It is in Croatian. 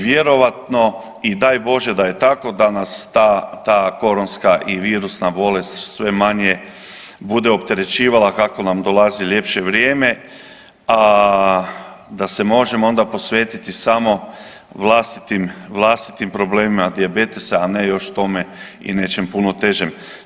Vjerojatno i daj Bože da je tako da nas ta, ta koronska i virusna bolest sve manje bude opterećivala kako nam dolazi ljepše vrijeme, a da se možemo onda posvetiti samo vlastitim, vlastitim problemima dijabetesa, a ne još k tome i nečem puno težem.